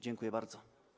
Dziękuję bardzo.